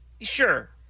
sure